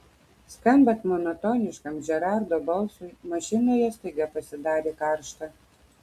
skambant monotoniškam džerardo balsui mašinoje staiga pasidarė karšta